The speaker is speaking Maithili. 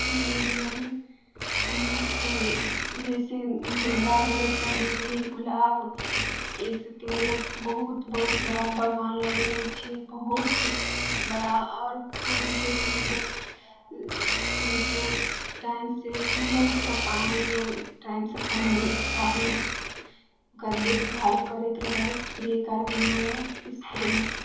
लगेलिए हन फूल जइसे गेन्दा हो गेलै चमेली गुलाब ईसबके मतलब बहुत बहुत बड़ा बगान लगेने छिए बहुत बड़ा आओर फूलके मतलब टाइमसे सीजनसे ओकरा पानी आर टाइमसे पानी आर चाहिए ओकरा देखभाल करैत रहै हइ स्प्रे आर भी होइ हइ स्प्रे